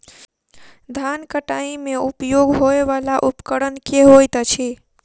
धान कटाई मे उपयोग होयवला उपकरण केँ होइत अछि?